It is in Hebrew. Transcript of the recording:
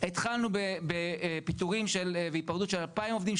התחלנו בפיטורים והיפרדות של 2,000 עובדים,